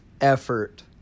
effort